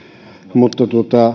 mutta